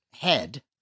head